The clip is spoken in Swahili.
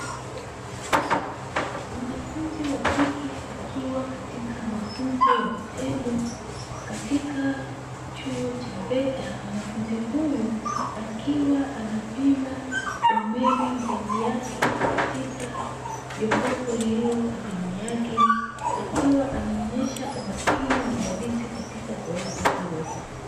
Mwanafunzi wa kike, akiwa katika mafunzo ya vitendo katika chuo cha veta. Mwanafunzi huyo akiwa anapima umeme nguvu yake katika jokofu lililo karibu yake, akiwa anaonyesha umakini na udadisi katika zoezi hilo.